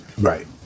Right